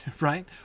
right